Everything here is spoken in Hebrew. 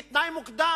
היא תנאי מוקדם.